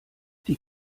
die